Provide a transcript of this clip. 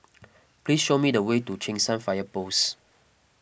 please show me the way to Cheng San Fire Post